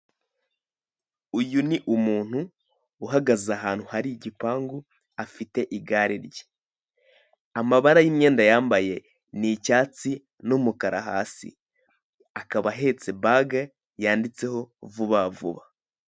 Uyu ni umuntu uhagaze ahantu hari igipangu afite igare rye. Amabara y'imyenda yambaye n'icyatsi n'umukara hasi akaba ahetse bage yanditseho vubavuba.